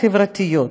חברתיות,